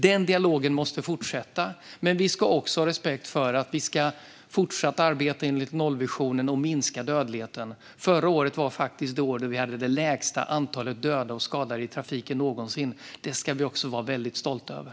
Denna dialog måste fortsätta, men vi ska också ha respekt för att vi ska fortsätta att arbeta enligt nollvisionen och minska dödligheten. Förra året var faktiskt det år då vi hade det lägsta antalet döda och skadade i trafiken någonsin. Detta ska vi vara väldigt stolta över.